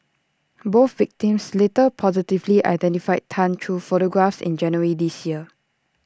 both victims later positively identified Tan through photographs in January this year